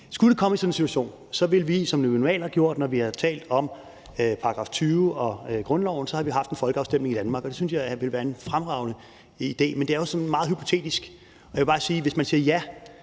Skulle vi komme i sådan en situation, vil vi gøre, som vi normalt har gjort, når vi har talt om § 20 og grundloven, hvor vi har haft en folkeafstemning i Danmark. Og det synes jeg vil være en fremragende idé. Men det er jo sådan meget hypotetisk. Og jeg vil bare sige, at hvis man siger ja